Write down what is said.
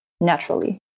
naturally